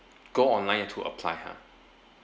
go online to apply ha